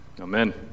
Amen